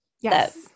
Yes